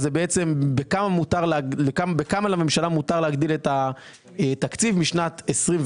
אז זה בעצם בכמה לממשלה מותר להגביל את התקציב משנת 22'